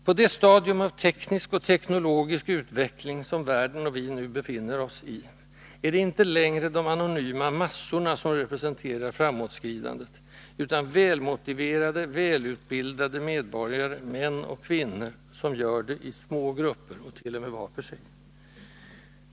På det stadium av teknisk och teknologisk utveckling världen — och vi — nu befinner oss är det inte längre de anonyma massorna som representerar framåtskridandet, utan välmotiverade, välutbildade medborgare, män och kvinnor som gör det, i små grupper och t.o.m.: var för sig.